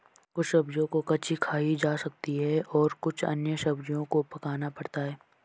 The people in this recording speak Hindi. कुछ सब्ज़ियाँ कच्ची खाई जा सकती हैं और अन्य सब्ज़ियों को पकाना पड़ता है